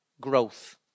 growth